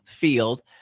field